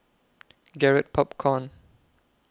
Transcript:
Garrett Popcorn